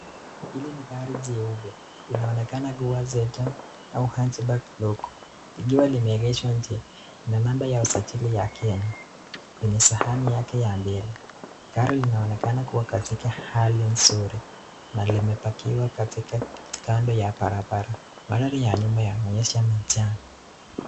Hili ni gari jeupe. Linaonekana kua Sienta au Hatchback ndogo, likiwa limeegeshwa nje na namba ya usajili wa Kenya, kwenye sahani yake ya mbele. Gari linaonekana kua katika hali nzuri na limepakiwa katika kando ya barabara. Mandhari ya nyuma inaonyesha majani.